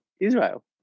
Israel